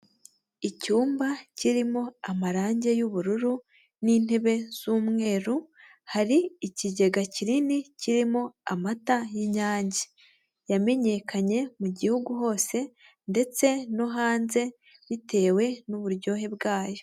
Icyumba kirimo amarangi y'ubururu n'intebe z'umweru, hari ikigega kinini kirimo amata y'Inyange. Yamenyekanye mu gihugu hose ndetse no hanze bitewe n'uburyohe bwayo.